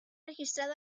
registrado